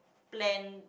plan